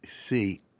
see